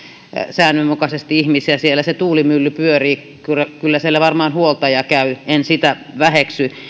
säännönmukaisesti ihmisiä siellä se tuulimylly pyörii kyllä kyllä siellä varmaan huoltaja käy en sitä väheksy